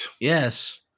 Yes